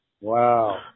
Wow